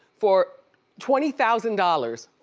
for twenty thousand dollars.